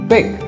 Big